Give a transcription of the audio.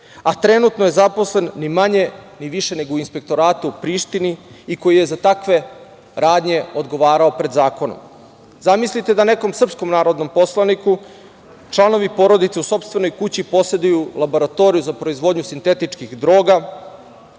a trenutno je zaposlen ni manje ni više nego u inspektoratu u Prištini i koji je za takve radnje odgovarao pred zakonom. Zamisliste da nekom srpskom narodnom poslaniku članovi porodice u sopstvenoj kući poseduju laboratoriju za proizvodnju sintetičkih droga,